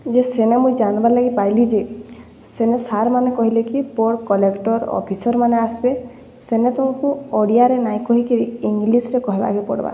ଯେ ସେନେ ମୁଇଁ ଜାନ୍ବାର୍ଲାଗି ପାଇଲି ଯେ ସେନେ ସାର୍ମାନେ କହିଲେ କି ବଡ଼୍ କଲେକ୍ଟର୍ ଅଫିସର୍ମାନେ ଆସ୍ବେ ସେନୁ ତମ୍କୁ ଓଡ଼ିଆରେ ନାଇଁ କହିକିରି ଇଙ୍ଗ୍ଲିଶ୍ରେ କହିବାକେ ପଡ଼୍ବା